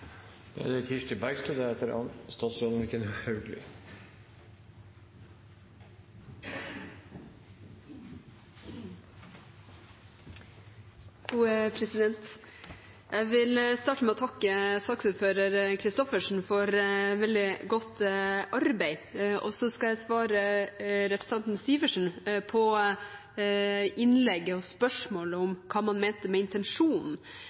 Jeg vil starte med å takke saksordføreren, Lise Christoffersen, for veldig godt arbeid. Så skal jeg svare på spørsmålet representanten Syversen stilte i innlegget sitt om hva man mente var intensjonen